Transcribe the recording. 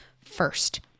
first